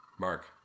Mark